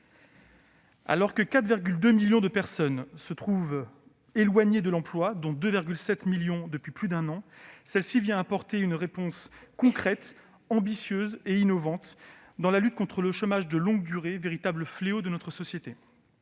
Alors que 4,2 millions de personnes se trouvent éloignées de l'emploi, dont 2,7 millions depuis plus d'un an, la proposition de loi vient apporter une réponse concrète, ambitieuse et innovante dans la lutte contre le chômage de longue durée, véritable fléau de notre société.